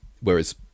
whereas